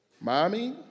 Mommy